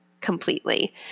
completely